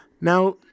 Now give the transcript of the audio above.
Now